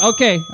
Okay